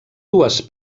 dues